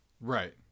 right